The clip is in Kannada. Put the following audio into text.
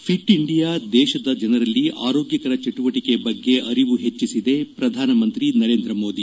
ಫಿಟ್ ಇಂಡಿಯಾ ದೇಶದ ಜನರಲ್ಲಿ ಆರೋಗ್ಟಕರ ಚಟುವಟಕೆ ಬಗ್ಗೆ ಅರಿವು ಹೆಚ್ಚಿಸಿದೆ ಪ್ರಧಾನಮಂತ್ರಿ ನರೇಂದ್ರಮೋದಿ